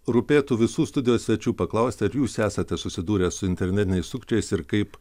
rūpėtų visų studijos svečių paklausti ar jūs esate susidūrę su internetiniais sukčiais ir kaip